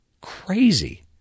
Crazy